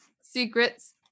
Secrets